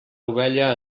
ovella